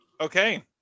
okay